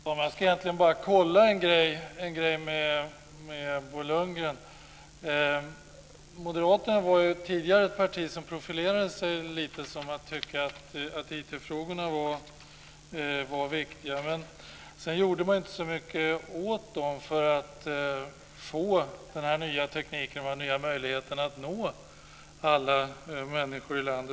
Fru talman! Jag ska egentligen bara kolla en grej med Bo Lundgren. Moderaterna var tidigare ett parti som profilerade sig lite som ett parti som tyckte att IT-frågorna var viktiga. Men sedan gjorde man inte så mycket åt dem för att få den nya tekniken och de nya möjligheterna att nå alla människor i landet.